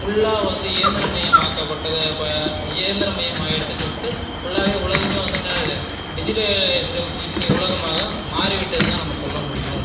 ஃபுல்லாக வந்து இயந்திரமயமாக்கப்பட்டதை இயந்திரமயமாயிடுத்து சொல்லிட்டு ஃபுல்லாகவே உலகமே வந்து என்ன இது டிஜிட்டலைஸ்ட் இன்னி உலகமாக மாறிவிட்டதுனுதான் நாம் சொல்லமுடியும்